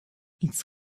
its